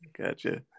gotcha